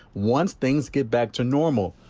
once things get back to normal.